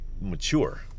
mature